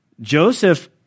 Joseph